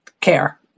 care